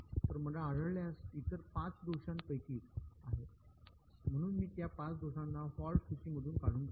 तर मला आढळल्यास इतर 5 दोषदेखील आहेत सापडत आहे म्हणून मी त्या 5 दोषांना फॉल्ट सूचीमधून काढून टाकू